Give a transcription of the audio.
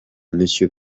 monsieur